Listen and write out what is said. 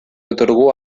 otorgó